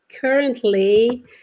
Currently